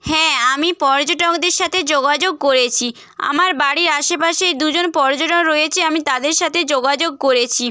হ্যাঁ আমি পর্যটকদের সাথে যোগাযোগ করেছি আমার বাড়ির আশেপাশেই দুজন পর্যটক রয়েছে আমি তাদের সাথে যোগাযোগ করেছি